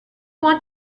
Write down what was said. want